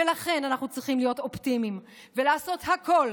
ולכן אנחנו צריכים להיות אופטימיים ולעשות הכול